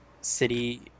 city